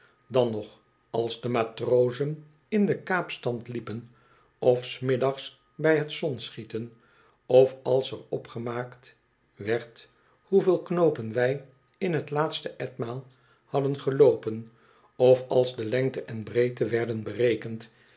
dan nog als de matrozen in liet kaapstand liepen of s middags bij het zonschieten of als er opgemaakt werd hoeveel knoopen wij in het laatste etmaal hadden gcloopen of als de lengte en breedte werden berekend